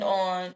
on